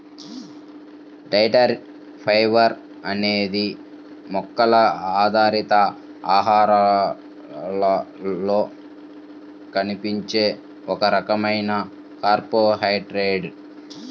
dietary fibre అనేది మొక్కల ఆధారిత ఆహారాలలో కనిపించే ఒక రకమైన కార్బోహైడ్రేట్